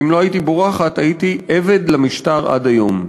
ואם לא הייתי בורחת הייתי עבד למשטר עד היום.